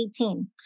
18